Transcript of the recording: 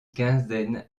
quinzaine